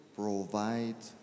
provide